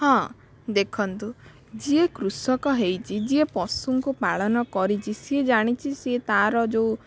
ହଁ ଦେଖନ୍ତୁ ଯିଏ କୃଷକ ହେଇଛି ଯିଏ ପଶୁଙ୍କୁ ପାଳନ କରିଛି ସେଇ ଜାଣିଛି ସିଏ ତା'ର ଯେଉଁ